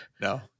No